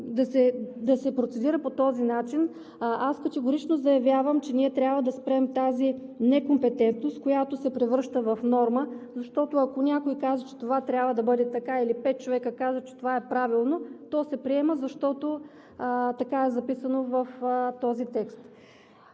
да се процедира по този начин. Категорично заявявам, че трябва да спрем тази некомпетентност, която се превръща в норма, защото ако някой каже, че това трябва да бъде така, или пет човека кажат, че това е правилно, то се приема, защото така е записано в този текст.